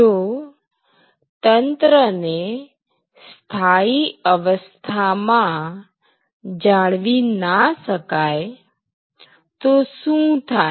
જો તંત્રને સ્થાયી અવસ્થામાં જાળવી ના શકાય તો શું થાય